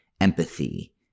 empathy